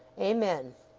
amen.